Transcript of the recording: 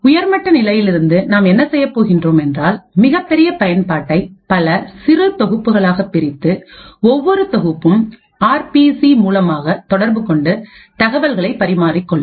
உயர்மட்ட நிலையிலிருந்து நாம் என்ன செய்யப் போகின்றோம் என்றால் மிகப்பெரிய பயன்பாட்டை பல சிறு தொகுப்புகளாக பிரித்து ஒவ்வொரு தொகுப்பும்ஆர்பிசி மூலமாக தொடர்பு கொண்டு தகவல்களை பரிமாறிக்கொள்ளும்